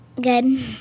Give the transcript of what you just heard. Good